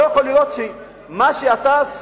לא יכול להיות שמה שאתה שונא,